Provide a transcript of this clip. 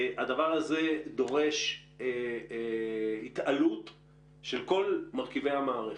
הדבר הזה דורש התעלות של כל מרכיבי המערכת,